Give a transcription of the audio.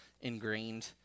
ingrained